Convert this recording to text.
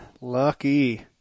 Lucky